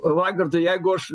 vakar tai jeigu aš